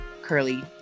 curly